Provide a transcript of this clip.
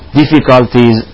difficulties